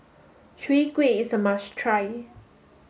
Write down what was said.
Chwee Kueh is a must try